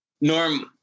Norm